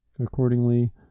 Accordingly